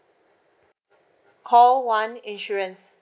call one insurance